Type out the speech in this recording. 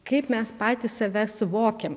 kaip mes patys save suvokiam